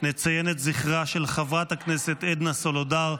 נציין את זכרה של חברת הכנסת עדנה סולודר,